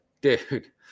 dude